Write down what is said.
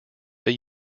they